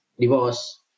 divorce